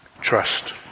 trust